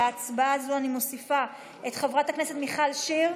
להצבעה זו אני מוסיפה את חברת הכנסת מיכל שיר,